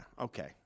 okay